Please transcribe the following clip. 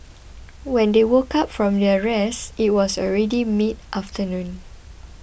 when they woke up from their rest it was already midafternoon